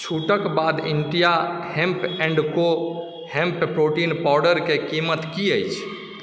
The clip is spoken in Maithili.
छूटक बाद India hemp and co hemp protein पाउडरके कीमत की अछि